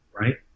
right